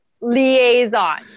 liaison